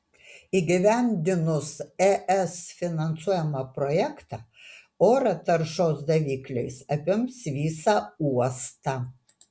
įgyvendinus es finansuojamą projektą oro taršos davikliais apims visą uostą